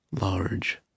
Large